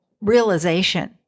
realization